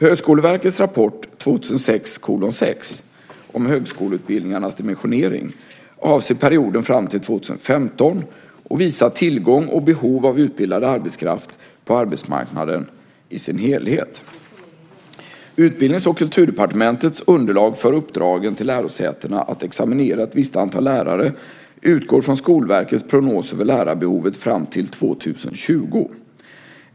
Högskoleverkets rapport 2006:6 om högskoleutbildningarnas dimensionering avser perioden fram till 2015 och visar tillgång och behov av utbildad arbetskraft på arbetsmarknaden i sin helhet. Utbildnings och kulturdepartementets underlag för uppdragen till lärosätena att examinera ett visst antal lärare utgår från Skolverkets prognos över lärarbehovet fram till år 2020.